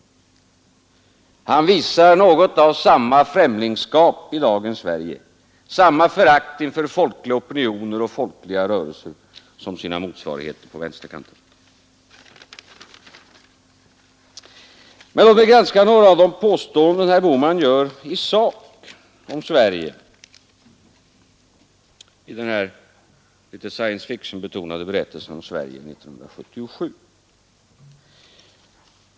Han visar något av samma främlingskap i dagens Sverige, samma förakt inför folkliga Opinioner och folkliga rörelser som sina motsvarigheter på vänsterkanten. Men låt mig granska några av de påståenden som herr Bohman gör i sak om Sverige i den här litet science fiction-betonade berättelsen om Sverige 1977.